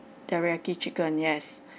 teriyaki chicken yes